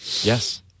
Yes